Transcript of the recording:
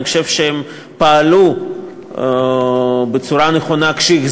אני חושב שהם פעלו בצורה נכונה כשהם